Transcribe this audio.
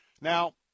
Now